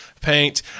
paint